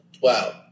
Wow